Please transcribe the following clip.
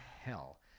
hell